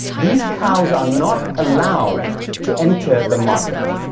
these cows are not allowed to enter the market.